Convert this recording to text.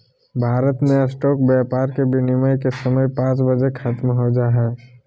भारत मे स्टॉक व्यापार के विनियम के समय पांच बजे ख़त्म हो जा हय